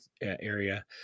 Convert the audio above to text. area